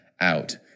out